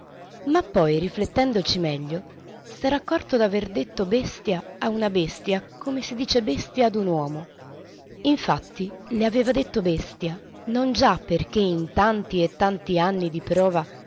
ma poi riflettendoci meglio s'era accorto d'aver detto bestia a una bestia come si dice bestia a un uomo infatti le aveva detto bestia non già perché in tanti e tanti anni di prova